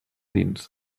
dins